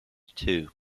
two